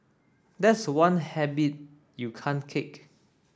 that's one habit you can't kick